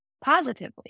positively